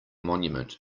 monument